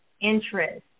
interest